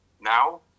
now